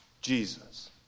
Jesus